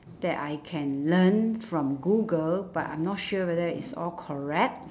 that I can learn from google but I'm not sure whether it's all correct